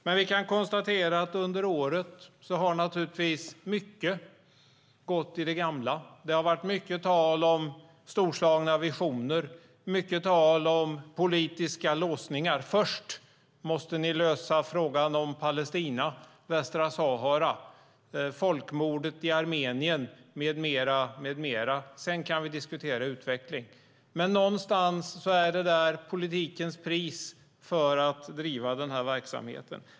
Men vi kan konstatera att under året har mycket gått i det gamla. Det har varit mycket tal om storslagna visioner och politiska låsningar: Först måste ni lösa frågan om Palestina, Västra Sahara, folkmordet i Armenien med mera, sedan kan vi diskutera utveckling. Någonstans är det politikens pris för att driva verksamheten.